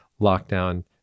lockdown